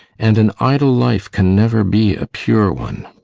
and an idle life can never be a pure one.